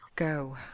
go,